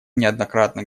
неоднократно